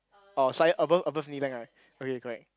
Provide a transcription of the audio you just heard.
oh so I above above knee length right okay correct